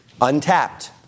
untapped